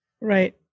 Right